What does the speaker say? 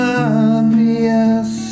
obvious